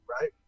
right